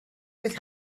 with